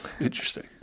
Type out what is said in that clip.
interesting